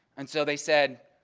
and so they said,